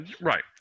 Right